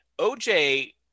OJ